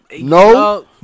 No